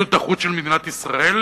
למדיניות החוץ של מדינת ישראל.